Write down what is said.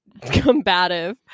combative